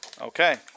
Okay